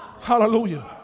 Hallelujah